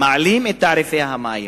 אם מעלים את תעריפי המים,